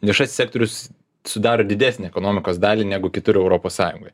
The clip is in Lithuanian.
viešasis sektorius sudaro didesnę ekonomikos dalį negu kitur europos sąjungoj